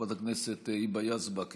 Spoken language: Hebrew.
חברת הכנסת היבה יזבק,